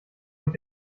mit